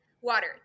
water